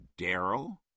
Daryl